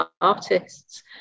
artists